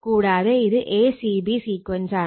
കൂടാതെ ഇത് a c b സീക്വൻസാണ്